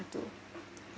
to